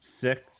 Six